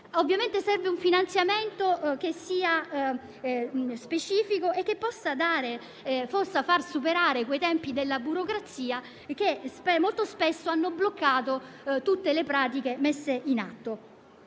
Ovviamente serve un finanziamento specifico che possa far superare quei tempi della burocrazia che molto spesso hanno bloccato tutte le pratiche messe in atto.